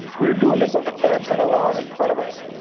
we're doing this on the facts and the law in front of us.